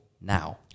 now